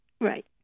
Right